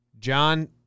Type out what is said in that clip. John